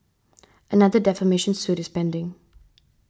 another defamation suit is pending